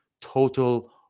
total